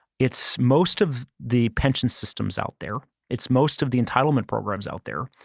it's most of the pension systems out there. it's most of the entitlement programs out there,